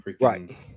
right